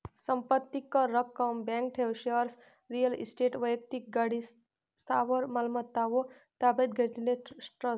संपत्ती कर, रक्कम, बँक ठेव, शेअर्स, रिअल इस्टेट, वैक्तिक गाडी, स्थावर मालमत्ता व ताब्यात घेतलेले ट्रस्ट